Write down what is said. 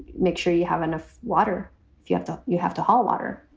make sure you have enough water if you have to. you have to haul water.